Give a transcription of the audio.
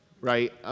right